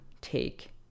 take